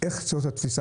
איך צריכה להיות התפיסה.